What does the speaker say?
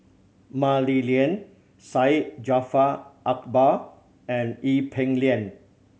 Mah Li Lian Syed Jaafar Albar and Ee Peng Liang